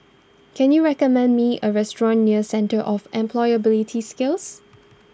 can you recommend me a restaurant near Centre of Employability Skills